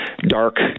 Dark